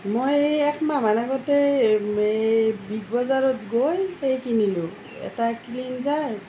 মই একমাহমান আগতে এই বিগ বজাৰত গৈ হেৰি কিনিলোঁ এটা ক্লীনজাৰ